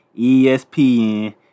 ESPN